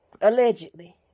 allegedly